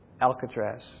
Alcatraz